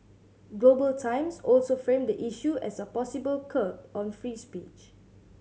Global Times also framed the issue as a possible curb on free speech